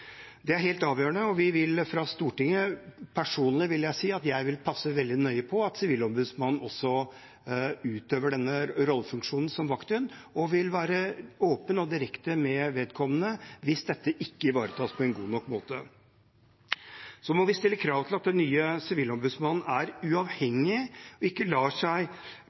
Det er helt avgjørende, og Stortinget – og jeg personlig – vil passe veldig nøye på at Sivilombudsmannen utøver denne funksjonen som vakthund, og vil være åpen og direkte med vedkommende hvis dette ikke ivaretas på en god nok måte. Vi må stille krav til at den nye sivilombudsmannen er uavhengig og ikke lar seg